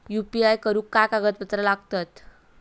UPI करुक काय कागदपत्रा लागतत?